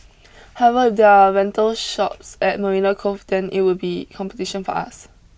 however if there are rental shops at Marina Cove then it would be competition for us